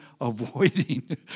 avoiding